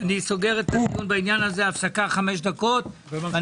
אני סוגר את הדיון הזה ולאחר הפסקה של חמש דקות אנחנו